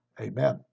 amen